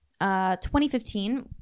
2015